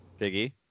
Biggie